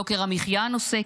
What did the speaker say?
יוקר המחיה נוסק,